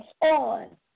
on